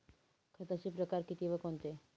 खताचे प्रकार किती व कोणते?